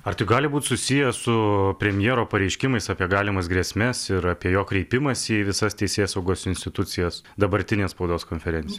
ar tai gali būt susiję su premjero pareiškimais apie galimas grėsmes ir apie jo kreipimąsi į visas teisėsaugos institucijas dabartinė spaudos konferencij